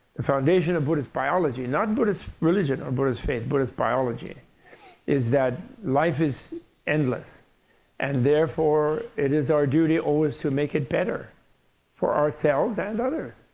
the foundation of buddhist biology not buddhist religion or buddhist faith, buddhist biology is that life is endless and therefore, it is our duty always to make it better for ourselves and others.